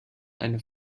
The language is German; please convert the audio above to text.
eine